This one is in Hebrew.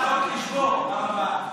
אני אכין צלחות לשבור בפעם הבאה.